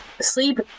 sleep